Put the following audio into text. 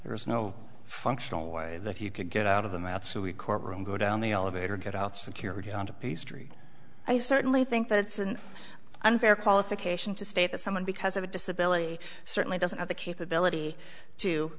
there was no functional way that he could get out of the mouth so we court room go down the elevator get out security and peace tree i certainly think that it's an unfair qualification to state that someone because of a disability certainly doesn't have the capability to